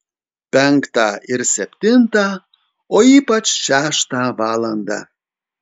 penktą ir septintą o ypač šeštą valandą